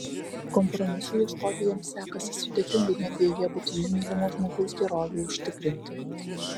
kompromisų ieškoti jiems sekasi sudėtingai net jei jie būtini mylimo žmogaus gerovei užtikrinti